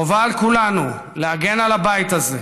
חובה על כולנו להגן על הבית הזה,